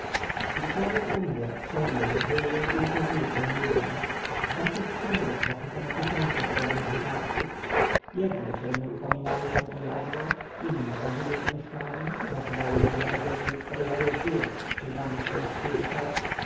człowiek umrze cień jego żyje i ukazuje się ludziom w naszych księgach zapisano tysiące podobnych wypadków jedne cienie upominały się o jadło inne chodziły po mieszkaniu pracowały w ogrodzie albo polowały w górach z cieniami swoich psów i kotów